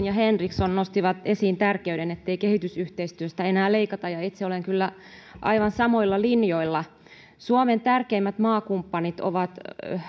ja henriksson nostivat esiin sen tärkeyden ettei kehitysyhteistyöstä enää leikata ja itse olen kyllä aivan samoilla linjoilla suomen tärkeimmät maakumppanit ovat